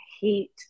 hate